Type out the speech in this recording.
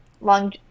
long